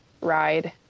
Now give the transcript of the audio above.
ride